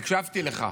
הקשבתי לך.